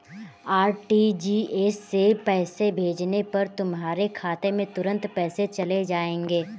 RTGS से पैसे भेजने पर तुम्हारे खाते में तुरंत पैसे चले जाएंगे